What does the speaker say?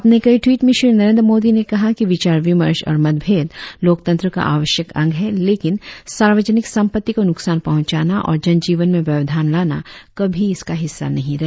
अपने कई टवीट में श्री नरेंद्र मोदी ने कहा कि विचार विमर्श और मतभेद लोकतंत्र का आवश्यक अंग है लेकिन सार्वजनिक संपत्ति को नुकसान पहुंचाना और जनजीवन में व्यवधान लाना कभी इसका हिस्सा नहीं रहे